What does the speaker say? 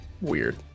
weird